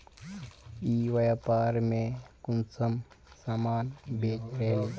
ई व्यापार में कुंसम सामान बेच रहली?